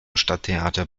stadttheater